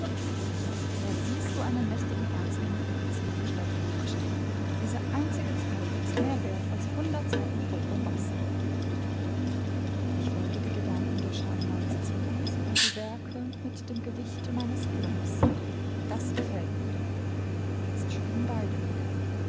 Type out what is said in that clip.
da siehst du einen mächtigen erzengel in passender gestalt vor dir stehen diese einzige zeile ist mehr wert als hundert seiten voll bombast ich wäge die gedanken in der schale meines zorns und die werke mit dem gewichte meines grimms das gefällt mir jetzt schwiegen beide wieder